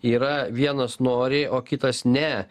yra vienas nori o kitas ne